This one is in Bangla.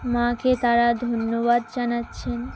মাকে তারা ধন্যবাদ জানাচ্ছেন